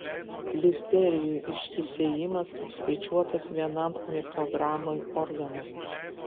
listerijų išsisėjimas apskaičiuotas vienam mikrogramui organo